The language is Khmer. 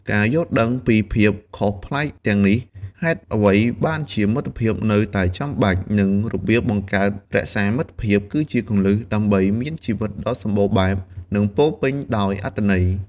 ការយល់ដឹងពីភាពខុសប្លែកទាំងនេះ ហេតុអ្វីបានជាមិត្តភាពនៅតែចាំបាច់ និងរបៀបបង្កើត-រក្សាមិត្តភាព គឺជាគន្លឹះដើម្បីមានជីវិតដ៏សម្បូរបែប និងពោរពេញដោយអត្ថន័យ។